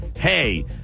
hey